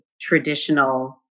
traditional